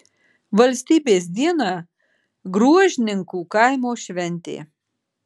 valstybės dieną gruožninkų kaimo šventė